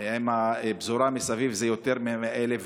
עם הפזורה מסביב זה יותר מ-100,000,